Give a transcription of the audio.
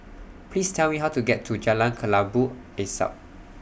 Please Tell Me How to get to Jalan Kelabu Asap